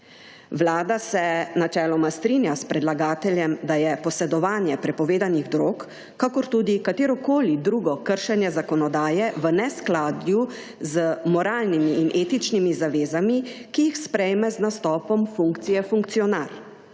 Vlada se načeloma strinja s predlagateljem, da je posedovanje prepovedanih drog kot tudi katerokoli drugo kršenje zakonodaje v neskladju z moralnimi in etičnimi zavezami, ki jih sprejme z nastopom funkcije funkcionar,